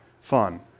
fun